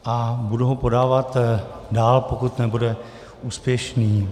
A budu ho podávat dál, pokud nebude úspěšný.